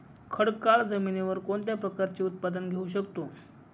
खडकाळ जमिनीवर कोणत्या प्रकारचे उत्पादन घेऊ शकतो?